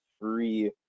free